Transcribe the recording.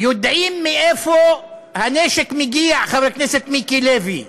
יודעים מאיפה הנשק מגיע, חבר הכנסת מיקי לוי,